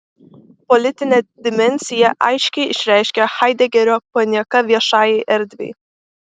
politinę dimensiją aiškiai išreiškia haidegerio panieka viešajai erdvei